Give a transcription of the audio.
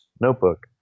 notebook